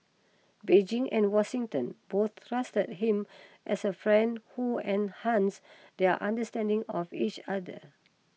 Beijing and Washington both trusted him as a friend who enhanced their understanding of each other